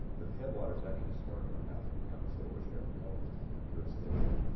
but the headwaters actually start in el paso county, so it was sheriff kelley's jurisdiction.